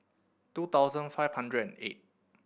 two thousand five hundred and eight